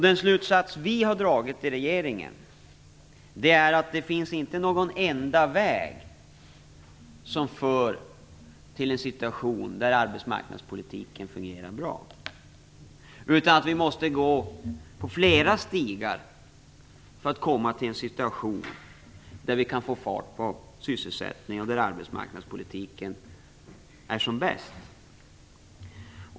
Den slutsats vi har dragit i regeringen är att det inte finns någon "enda väg" som för till en situation där arbetsmarknadspolitiken fungerar bra, utan att vi måste gå på flera stigar för att komma till en situation där vi kan få fart på sysselsättningen och där arbetsmarknadspolitiken är som bäst.